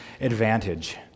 advantage